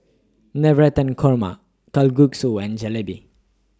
Navratan Korma Kalguksu and Jalebi